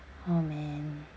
oh man